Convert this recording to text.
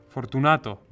Fortunato